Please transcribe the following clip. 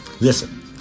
Listen